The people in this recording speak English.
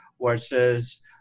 versus